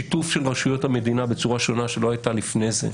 שיתוף של רשויות המדינה בצורה שונה שלא הייתה לפני כן,